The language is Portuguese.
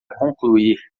concluir